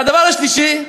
והדבר השלישי,